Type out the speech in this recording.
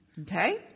okay